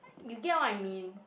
you get what I mean